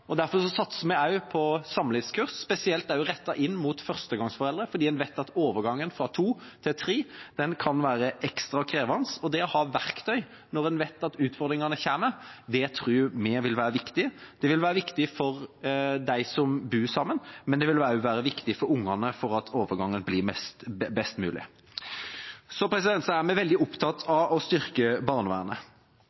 alle, derfor satser vi også på samlivskurs, spesielt rettet inn mot førstegangsforeldre. Vi vet at overgangen fra to til tre kan være ekstra krevende, og det å ha verktøy når en vet at utfordringene kommer, tror vi vil være viktig. Det vil være viktig for dem som bor sammen, men det vil også være viktig for ungene for at overgangen skal bli best mulig. Så er vi veldig opptatt